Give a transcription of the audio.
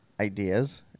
ideas